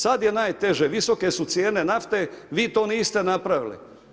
Sad je najteže, visoke su cijene nafte, vi to niste napravili.